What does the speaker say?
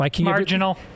marginal